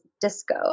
disco